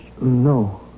No